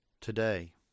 today